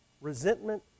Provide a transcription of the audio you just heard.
resentment